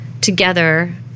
together